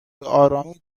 بهآرامی